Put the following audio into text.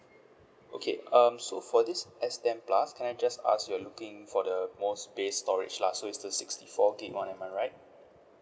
okay um so for this s ten plus can I just ask you're looking for the more space storage lah so it's the sixty four gigabyte [one] am I right